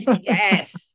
Yes